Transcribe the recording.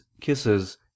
kisses